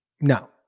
no